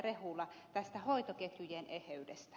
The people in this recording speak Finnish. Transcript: rehula tästä hoitoketjujen eheydestä